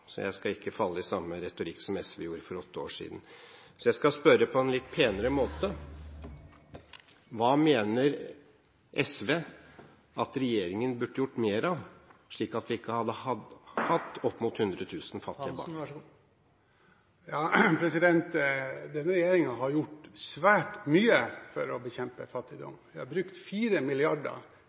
så jeg skal ikke falle i samme retorikk som SV gjorde for åtte år siden, jeg skal spørre på en litt penere måte – hva mener SV at regjeringen burde gjort mer av, slik at vi ikke hadde hatt opp mot 100 000 fattige barn? Denne regjeringen har gjort svært mye for å bekjempe fattigdom. Vi har brukt